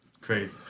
Crazy